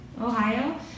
Ohio